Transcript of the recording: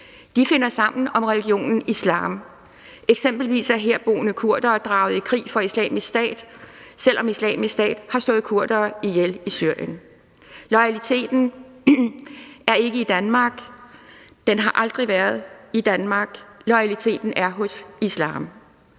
De finder sammen om religionen islam. Eksempelvis er herboende kurdere draget i krig for Islamisk Stat, selv om Islamisk Stat har slået kurdere ihjel i Syrien. Loyaliteten er ikke til Danmark – den har aldrig været til Danmark. Loyaliteten er til islam.